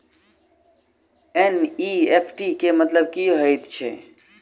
NEFT केँ मतलब की हएत छै?